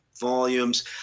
volumes